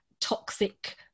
Toxic